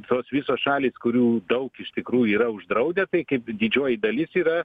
tos visos šalys kurių daug iš tikrųjų yra uždraudę tai kaip didžioji dalis yra